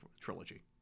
trilogy